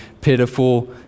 pitiful